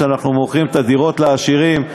שאנחנו מוכרים את הדירות לעשירים,